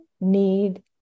need